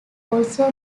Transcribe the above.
also